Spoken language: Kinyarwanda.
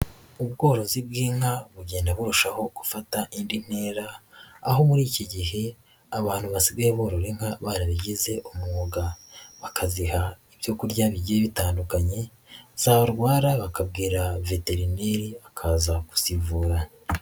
Ubworozi bw'inka bugenda burushaho gufata indi ntera, aho muri iki gihe abantu basigaye borora inka barabigize umwuga, bakaziha ibyo kurya bigiye bitandukanye zarwara bakabwira veterineri akaza kuzivura.